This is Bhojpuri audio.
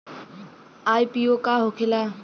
आई.पी.ओ का होखेला?